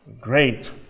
Great